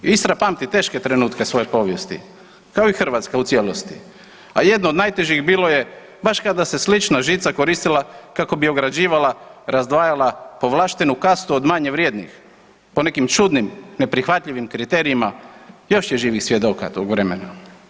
Istra pamti teške trenutke svoje povijesti kao i Hrvatska u cijelosti, a jedno od najtežih bilo je baš kada se slična žica ograđivala kako bi ograđivala, razdvajala povlaštenu kastu od manje vrijednih po nekim čudnim neprihvatljivim kriterijima još je živih svjedoka tog vremena.